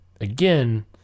again